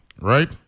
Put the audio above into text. right